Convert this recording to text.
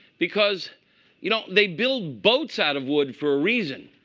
because you know, they build boats out of wood for a reason.